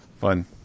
Fun